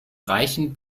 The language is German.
reichen